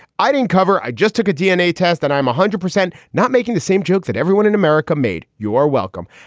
i didn't cover. i just took a dna test. and i'm one hundred percent not making the same joke that everyone in america made. you are welcome.